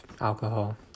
alcohol